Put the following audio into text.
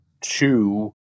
two